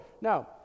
Now